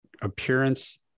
appearance